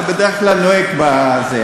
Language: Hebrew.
אתה בדרך נוהג בזה,